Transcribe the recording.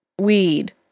weed